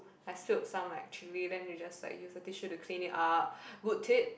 I spilled some like chili then you just like a tissue to clean it up good tip